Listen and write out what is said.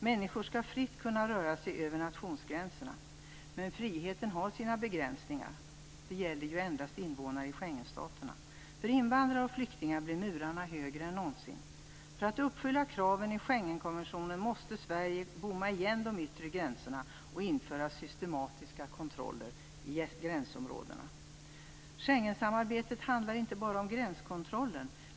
Människor skall fritt kunna röra sig över nationsgränserna. Men friheten har sina begränsningar. Den gäller endast invånare i Schengenstaterna. För invandrare och flyktingar blir murarna högre än någonsin. För att uppfylla kraven i Schengenkonventionen måste Sverige bomma igen de yttre gränserna och införa systematiska kontroller i gränsområdena. Schengensamarbetet handlar inte bara om gränskontrollen.